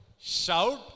Shout